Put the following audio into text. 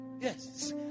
Yes